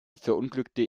verunglückte